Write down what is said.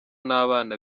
n’abana